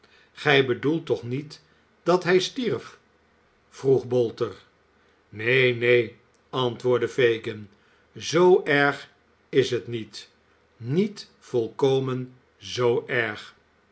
gij bedoelt toch niet dat hij stierf vroeg bolter neen neen antwoordde fagin zoo erg is het niet niet volkomen zoo erg